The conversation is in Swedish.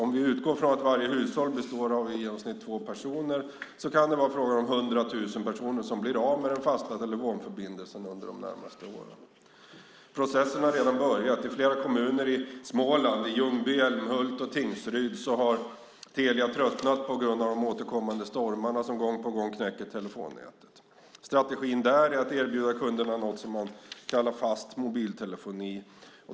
Om vi utgår från att varje hushåll består av i genomsnitt två personer kan det vara fråga om 100 000 personer som blir av med den fasta telefonförbindelsen under de närmaste åren. Processen har redan börjat. I flera kommuner i Småland - Ljungby, Älmhult och Tingsryd - har Telia tröttnat på grund av de återkommande stormarna som gång på gång knäcker telefonnätet. Strategin där är att erbjuda kunderna något som man kallar för fast mobiltelefoni.